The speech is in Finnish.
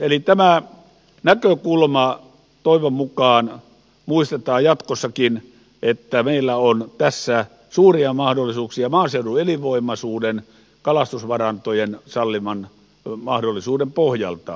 eli tämä näkökulma toivon mukaan muistetaan jatkossakin että meillä on tässä suuria mahdollisuuksia maaseudun elinvoimaisuuden kalastusvarantojen salliman mahdollisuuden pohjalta